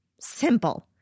Simple